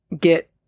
get